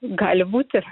gali būti